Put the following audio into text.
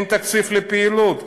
אין תקציב לפעילות,